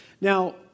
Now